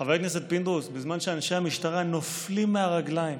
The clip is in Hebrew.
חבר הכנסת פינדרוס, נופלים מהרגליים